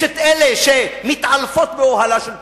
יש אלה שמתעלפות באוהלה של תורה.